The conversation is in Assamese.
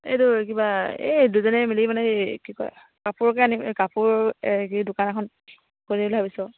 এইটো কিবা এই দুজনে মিলি মানে এই কি কয় কাপোৰকে আনি কাপোৰ এই কি দোকান এখন খুলিম বুলি ভাবিছোঁ আৰু